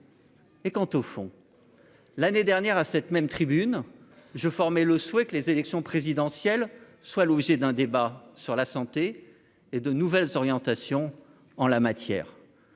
Et quant au fond, l'année dernière à cette même tribune je formé le souhait que les élections présidentielles soient l'objet d'un débat sur la santé et de nouvelles orientations en la matière